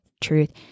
truth